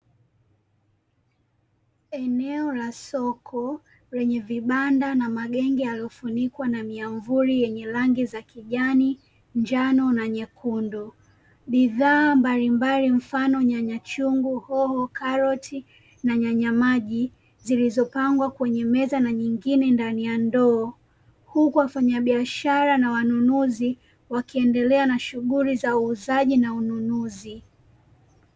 Eneo la soko lenye vibanda na magenge yaliyofunikwa na miamvuli yenye rangi za: kijani, njano na nyekundu. Bidhaa mbalimbali, mfano: nyanya chungu, hoho, karoti na nyanya maji; zilizopangwa kwenye meza na nyingine ndani ya ndoo, huku wafanyabiashara na wanunuzi wakiendelea na shughuli za uuzaji na ununuzi.